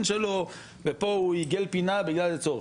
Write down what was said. שלו ופה הוא עיגל פינה בגלל איזה צורך,